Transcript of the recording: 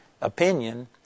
opinion